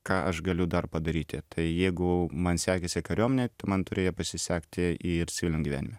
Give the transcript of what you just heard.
ką aš galiu dar padaryti tai jeigu man sekėsi kariuomenė man turėjo pasisekti ir civiliniam gyvenime